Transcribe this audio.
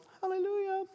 hallelujah